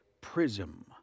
prism